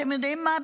אתם יודעים מה,